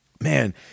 man